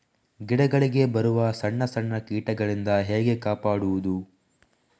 ಗಿಡಗಳಿಗೆ ಬರುವ ಸಣ್ಣ ಸಣ್ಣ ಕೀಟಗಳಿಂದ ಹೇಗೆ ಕಾಪಾಡುವುದು?